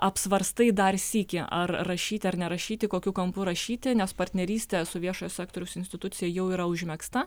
apsvarstai dar sykį ar rašyti ar nerašyti kokiu kampu rašyti nes partnerystė su viešojo sektoriaus institucija jau yra užmegzta